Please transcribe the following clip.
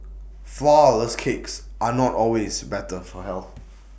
Flourless Cakes are not always better for health